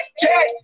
check